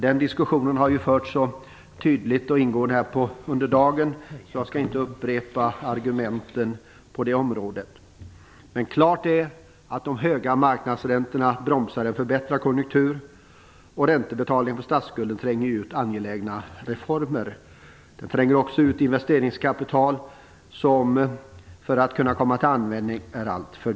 Den diskussionen har ju förts så tydligt och ingående här under dagen att jag inte skall upprepa argumenten. Men klart är att de höga marknadsräntorna bromsar en förbättrad konjunktur och att räntebetalningen på statsskulden tränger ut angelägna reformer. Den tränger också ut investeringskapital. Det blir för dyrt för att det skall kunna komma till användning.